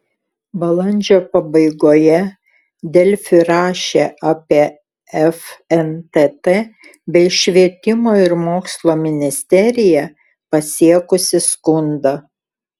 balandžio pabaigoje delfi rašė apie fntt bei švietimo ir mokslo ministeriją pasiekusį skundą